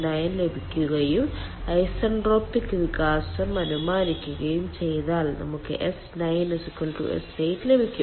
9 ലഭിക്കുകയും ഐസെൻട്രോപിക് വികാസംഅനുമാനിക്കുകയും ചെയ്താൽ നമുക്ക് s9 s8 ലഭിക്കും